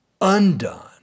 undone